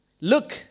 look